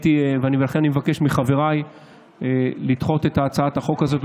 לכן אני מבקש מחבריי לדחות את הצעת החוק הזאת,